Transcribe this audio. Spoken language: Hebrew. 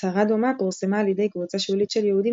הצהרה דומה פורסמה על ידי קבוצה שולית של יהודים